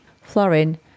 Florin